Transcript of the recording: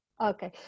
okay